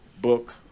Book